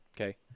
Okay